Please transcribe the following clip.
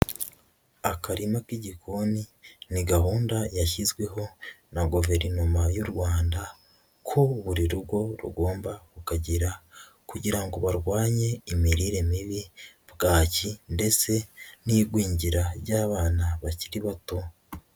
Akarima k'igikoni, ni gahunda yashyizweho na Guverinoma y'u Rwanda ko buri rugo rugomba kukagira, kugira ngo barwanye imirire mibi, bwaki, ndetse n'igwingira ry'abana bakiri bato.